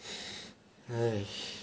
!hais!